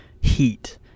heat